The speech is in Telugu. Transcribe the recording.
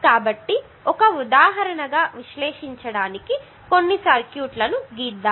కాబట్టి ఒక ఉదాహరణగా విశ్లేషించడానికి కొన్ని సర్క్యూట్లను గీస్తాను